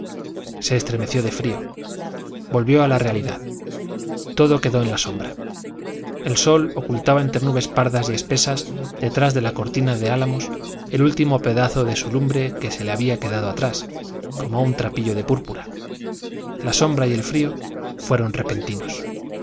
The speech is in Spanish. se estremeció de frío volvió a la realidad todo quedó en la sombra el sol ocultaba entre nubes pardas y espesas detrás de la cortina de álamos el último pedazo de su lumbre que se le había quedado atrás como un trapillo de púrpura la sombra y el frío fueron repentinos